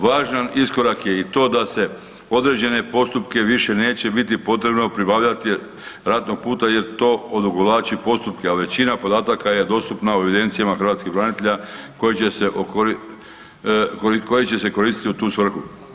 Važan iskorak je i to da se određene postupke više neće biti potrebno pribavljati, ratnog puta jer to odugovlači postupke, a većina podataka je dostupna u evidencijama hrvatskih branitelja koji će se koristiti u tu svrhu.